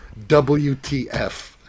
wtf